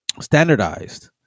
standardized